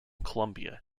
colombia